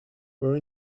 were